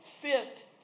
fit